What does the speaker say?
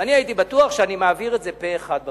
ואני הייתי בטוח שאני מעביר את זה פה-אחד בוועדה.